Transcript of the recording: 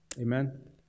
Amen